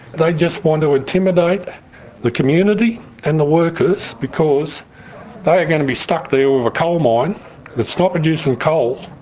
they just want to intimidate the community and the workers because they are going be stuck there with a coal mine that's not producing coal,